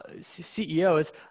CEOs